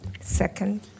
Second